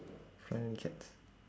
friendly cats